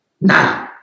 now